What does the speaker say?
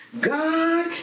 God